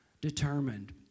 Determined